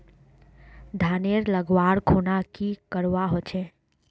धानेर लगवार खुना की करवा होचे?